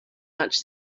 much